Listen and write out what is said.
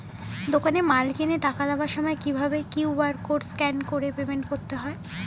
দোকানে মাল কিনে টাকা দেওয়ার সময় কিভাবে কিউ.আর কোড স্ক্যান করে পেমেন্ট করতে হয়?